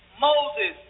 Moses